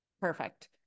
perfect